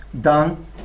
done